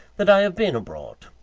that i have been abroad.